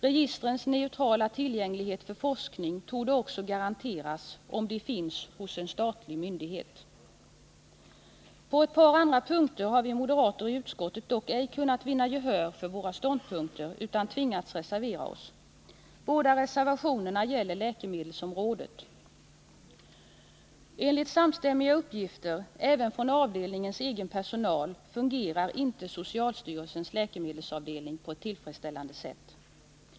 Registrens neutrala tillgänglighet för forskning torde också kunna garanteras, om de finns hos en statlig myndighet. På ett par andra punkter har vi moderater i utskottet dock ej kunnat vinna gehör för våra ståndpunkter utan tvingats reservera oss. Båda reservationerna gäller läkemedelsområdet. Enligt samstämmiga uppgifter, även från avdelningens egen personal, fungerar inte socialstyrelsens läkemedelsavdelning på ett tillfredsställande sätt.